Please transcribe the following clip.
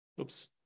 Oops